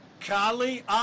Kali